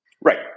Right